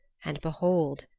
and, behold,